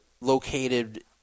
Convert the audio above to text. located